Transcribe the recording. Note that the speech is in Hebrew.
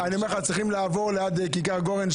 אני אומר לך: צריך לעבור ליד כיכר גורן.